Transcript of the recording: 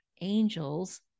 angels